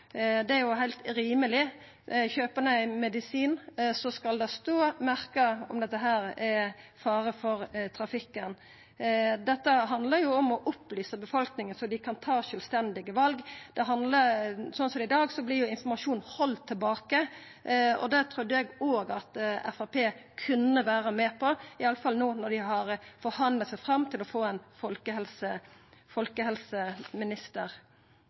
om bruk utgjer fare for trafikken. Det handlar om å opplysa befolkninga så dei kan ta sjølvstendige val. Slik det er i dag, vert informasjonen halden tilbake. Eg trudde at Framstegspartiet kunne vera med på dette – i alle fall no når dei har forhandla seg fram til å få ein folkehelseminister.